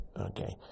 Okay